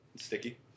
sticky